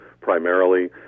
primarily